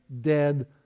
dead